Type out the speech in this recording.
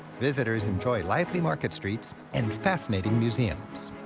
visitors enjoy lively market streets and fascinating museums.